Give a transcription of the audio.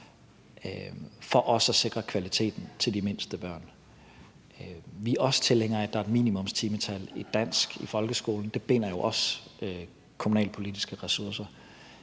for også at sikre kvaliteten til de mindste børn. Vi er også tilhængere af, at der er et minimumstimetal i dansk i folkeskolen. Det binder jo også kommunalpolitiske ressourcer.